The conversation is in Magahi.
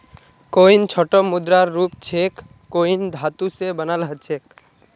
कॉइन छोटो मुद्रार रूप छेक कॉइन धातु स बनाल ह छेक